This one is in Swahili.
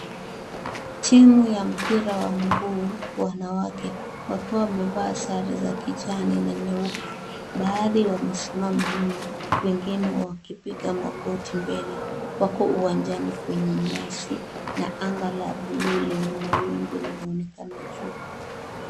Timu ya mpira wa mguu, wanawake wakiwa wamevaa sare za kijani na nyeupe. Baadhi wamesimama nyuma wengine wakipiga magoti mbele. Wako uwanjani kwenye nyasi na anga la buluu lenye mawingu linaonekana juu.